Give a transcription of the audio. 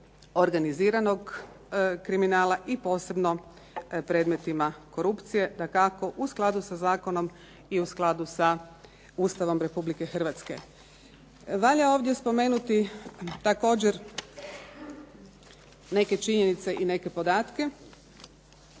organiziranog kriminala i posebno predmetima korupcije, dakako u skladu sa zakonom i u skladu sa Ustavom Republike Hrvatske. Valja ovdje spomenuti također neke činjenice i neke podatke,